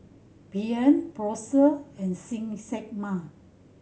Brien Prosper and Ximena